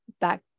back